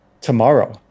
tomorrow